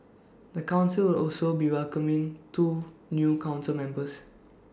the Council will also be welcoming two new Council members